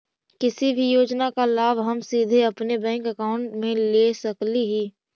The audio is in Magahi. किसी भी योजना का लाभ हम सीधे अपने बैंक अकाउंट में ले सकली ही?